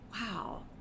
wow